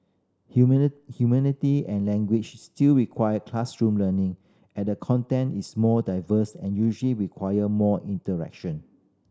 humanity and languages still require classroom learning at the content is more diverse and usually require more interaction